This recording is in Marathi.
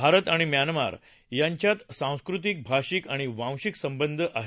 भारत आणि म्यानमार यांच्यात सांस्कृतिक भाषिक आणि वांशिक संबंध आहेत